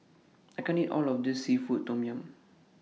I can't eat All of This Seafood Tom Yum